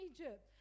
Egypt